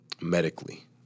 medically